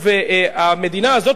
המדינה הזאת,